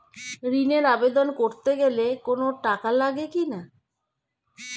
ঋণের আবেদন করতে গেলে কোন টাকা লাগে কিনা?